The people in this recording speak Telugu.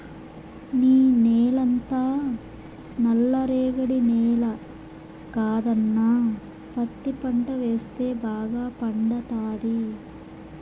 నీ నేలంతా నల్ల రేగడి నేల కదన్నా పత్తి పంట వేస్తే బాగా పండతాది